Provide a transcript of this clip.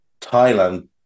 Thailand